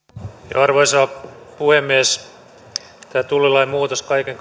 arvoisa puhemies tämä tullilain muutos kaiken